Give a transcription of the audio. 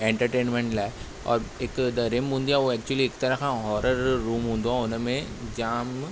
entertainment लाइ और हिकु द रिम हूंदी आहे हो एक्चुअली हिकु तरह हॉरर रूम हूंदो आहे हुनमें जामु